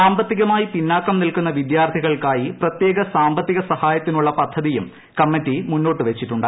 സാമ്പത്തികമായി പിന്നാക്കം നിൽക്കുന്ന വിദ്യാർത്ഥികൾക്കായി പ്രത്യേക സാമ്പത്തിക സഹായത്തിനുള്ള പദ്ധതിയും കമ്മിറ്റി മുന്നോട്ടുവച്ചിട്ടുണ്ട്